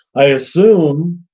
i assume.